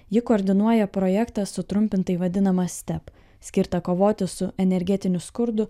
ji koordinuoja projektą sutrumpintai vadinamą ste skirtą kovoti su energetiniu skurdu